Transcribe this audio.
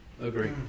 agree